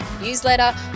newsletter